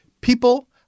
People